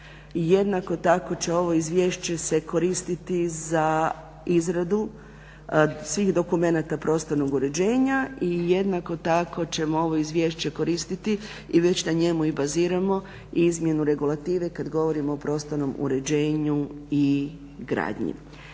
jednako tako će ovo izvješće se koristiti za izradu svih dokumenata prostornog uređenja i jednako tako ćemo ovo izvješće koristiti i već na njemu i baziramo izmjenu regulative kad govorimo o prostornom uređenju i gradnji.